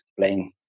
playing